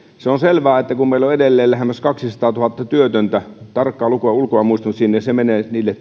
on selvää että kun meillä on edelleen lähemmäs kaksisataatuhatta työtöntä tarkkaa lukua en ulkoa muista mutta sinne se menee niille